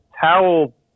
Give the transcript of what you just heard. towel